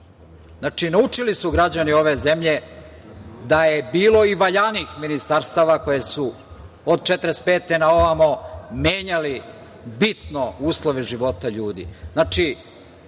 naučili su građani ove zemlje da je bilo i valjanih ministarstava koje su od 1945. godine na ovamo menjali bitno uslove života ljudi.